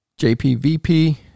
JPVP